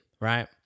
right